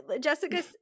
Jessica